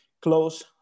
close